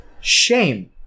Shame